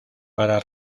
para